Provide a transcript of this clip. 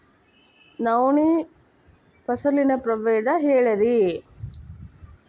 ನವಣಿ ಫಸಲಿನ ಪ್ರಭೇದ ಹೇಳಿರಿ